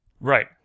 Right